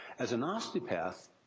as an osteopath,